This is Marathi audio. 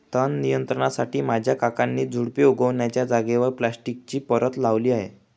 तण नियंत्रणासाठी माझ्या काकांनी झुडुपे उगण्याच्या जागेवर प्लास्टिकची परत लावली आहे